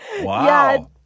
Wow